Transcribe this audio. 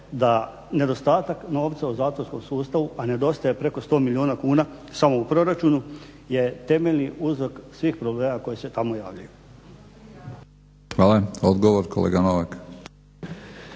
da nedostatak novca u zatvorskom sustavu a nedostaje preko 100 milijuna kuna samo u proračunu je temeljni uzrok svih problema koje se tamo javljaju. **Batinić, Milorad